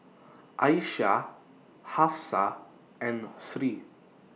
Aisyah Hafsa and Sri